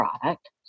product